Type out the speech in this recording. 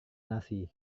nasi